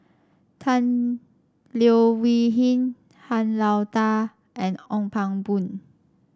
Tan Leo Wee Hin Han Lao Da and Ong Pang Boon